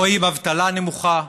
רואים אבטלה נמוכה,